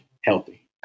healthy